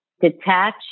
detach